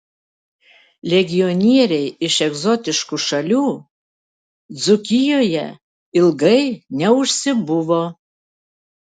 legionieriai iš egzotiškų šalių dzūkijoje ilgai neužsibuvo